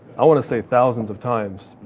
i want to say thousands of times,